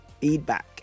feedback